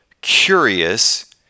curious